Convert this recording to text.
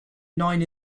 nine